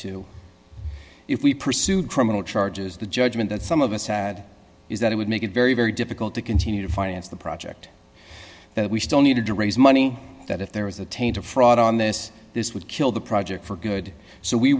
to if we pursue criminal charges the judgment that some of us had is that it would make it very very difficult to continue to finance the project that we still needed to raise money that if there was a taint of fraud on this this would kill the project for good so we